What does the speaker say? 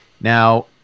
Now